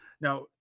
Now